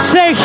Say